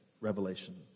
revelation